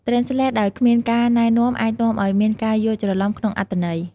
Translate ដោយគ្មានការណែនាំអាចនាំឲ្យមានការយល់ច្រឡំក្នុងអត្ថន័យ។